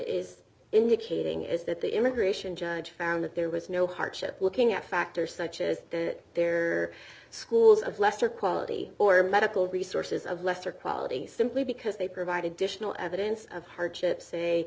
is indicating is that the immigration judge found that there was no hardship looking at factors such as there are schools of lesser quality or medical resources of lesser quality simply because they provide additional evidence of hardship say